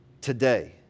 today